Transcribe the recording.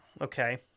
Okay